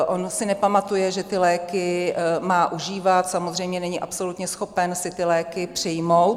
On si nepamatuje, že ty léky má užívat, samozřejmě není absolutně schopen si ty léky přijmout.